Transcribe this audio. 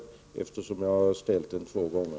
Jag har, som sagt, redan ställt samma fråga två gånger.